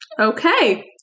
Okay